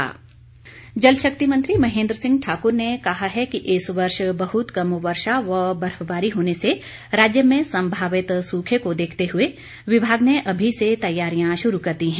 कटौती प्रस्ताव जलशक्ति मंत्री महेंद्र सिंह ठाकुर ने कहा है कि इस वर्ष बहुत कम वर्षा व बर्फबारी होने से राज्य में संभावित सूखे को देखते हुए विभाग ने अभी से तैयारियां शुरू कर दी हैं